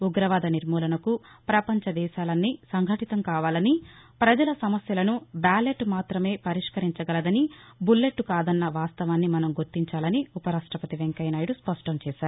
ఉగ్రవాద నిర్మూలనకు ప్రపంచ దేశాలన్నీ సంఘటితం కావాలని ప్రజల సమస్యలను బ్యాలెట్ మాత్రమే పరిష్కరించగలదని బుల్లెట్ కాదన్న వాస్తవాన్ని మనం గుర్తించాలని ఉప రాష్టపతి వెంకయ్యనాయుడు స్పష్టంచేశారు